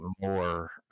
more